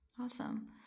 Awesome